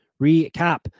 recap